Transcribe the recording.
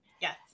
Yes